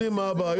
יודעים מה הבעיות,